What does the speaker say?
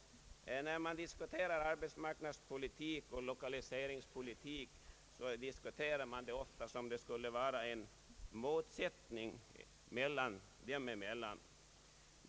Man diskuterar ofta frågan om arbetsmarknadspolitik och lokaliseringspolitik som om det skulle råda en motsättning dem emellan.